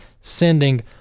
sending